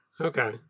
Okay